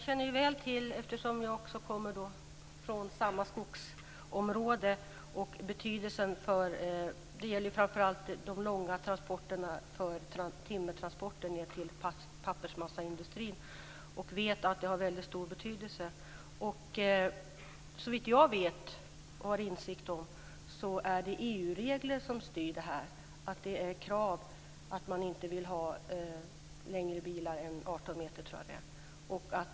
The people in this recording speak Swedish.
Herr talman! Eftersom jag också kommer från samma skogsområde känner jag väl till betydelsen av framför allt de långa transporterna, timmertransporter till massindustrin. Jag vet att de har en väldigt stor betydelse. Såvitt jag vet och har insikter om är det EU-regler som styr det hela. Det är krav på att det inte ska vara längre bilar än 18 meter.